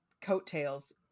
coattails